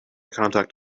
contact